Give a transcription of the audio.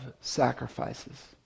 sacrifices